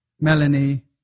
Melanie